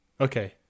Okay